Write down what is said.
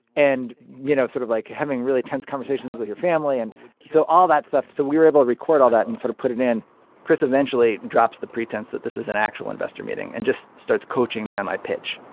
and, you know, sort of, like, having really tense conversations with your family and so all that stuff. so we were able to record all that and sort of put it in chris eventually drops the pretense that this is an actual investor meeting and just starts coaching me on my pitch,